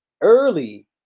early